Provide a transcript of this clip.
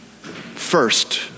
First